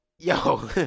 Yo